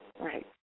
Right